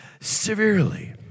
severely